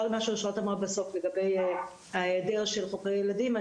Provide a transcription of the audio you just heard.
למה שאושרת אמרה בסוף לגבי היעדר חוקרי ילדים.